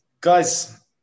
guys